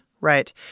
right